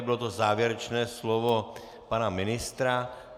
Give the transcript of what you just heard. Bylo to závěrečné slovo pana ministra.